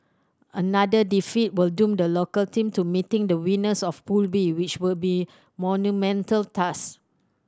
another defeat will doom the local team to meeting the winners of Pool B which would be a monumental task